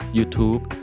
YouTube